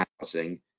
housing